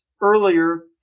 earlier